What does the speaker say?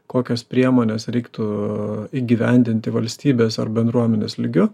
kokias priemones reiktų įgyvendinti valstybės ar bendruomenės lygiu